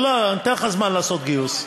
אני אתן לך זמן לעשות גיוס.